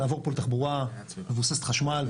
שנעבור לתחבורה מבוססת חשמל,